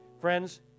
friends